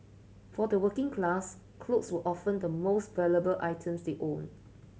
for the working class clothes were often the most valuable items they owned